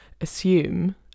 assume